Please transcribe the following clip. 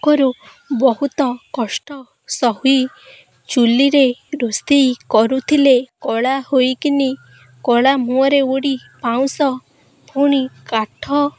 ଆଗରୁ ବହୁତ କଷ୍ଟ ସହି ଚୂଲିରେ ରୋଷେଇ କରୁଥିଲେ କଳା ହୋଇକି କଳା ମୁହଁରେ ବୋଳି ପାଉଁଶ ପୁଣି କାଠ